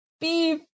beef